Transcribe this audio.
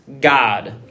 God